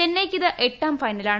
ചെന്നൈയ്ക്കിത് എട്ടാം ഫൈനലാണ്